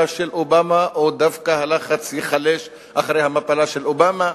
של אובמה או דווקא ייחלש אחרי המפלה של אובמה,